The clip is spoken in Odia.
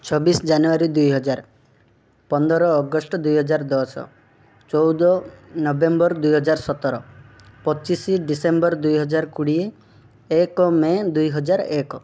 ଛବିଶ ଜାନୁଆରୀ ଦୁଇ ହଜାର ପନ୍ଦର ଅଗଷ୍ଟ୍ ଦୁଇ ହଜାର ଦଶ ଚଉଦ ନଭେମ୍ବର୍ ଦୁଇ ହଜାର ସତର ପଚିଶ ଡିସେମ୍ବର୍ ଦୁଇ ହଜାର କୋଡ଼ିଏ ଏକ ମେ' ଦୁଇ ହଜାର ଏକ